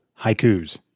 haikus